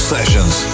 Sessions